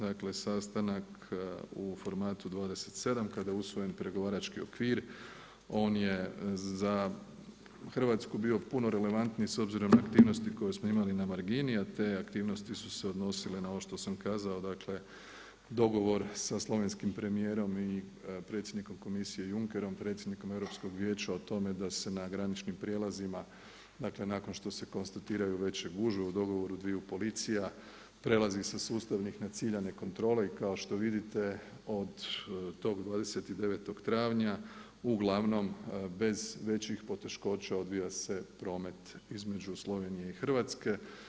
Dakle, sastanak u formatu 27, kada je usvojen pregovarački okvir, on je za Hrvatsku bio puno relevantniji s obzirom na aktivnosti koje smo imali na margini, a te aktivnosti su se odnosile na ono što sam kazao, dogovor sa slovenskim premjerom i predsjednikom Komisije Junkerom, predsjednikom Europskog vijeća o tome da se na graničnim prijelazima, nakon što se konstituiraju veće gužve u dogovoru dviju policija, prelaze sa sustavnih na ciljane kontrole, i kao što vidite, od tog 29. travnja, uglavnom bez većih poteškoća odvija se promet između Slovenije i Hrvatske.